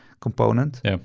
component